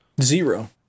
Zero